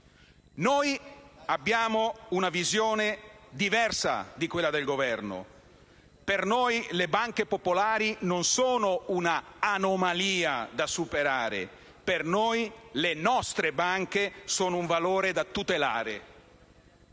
Noi abbiamo una visione diversa da quella del Governo: per noi le banche popolari non sono un'anomalia da superare, per noi le nostre banche sono un valore da tutelare.